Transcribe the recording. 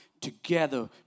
together